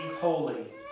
holy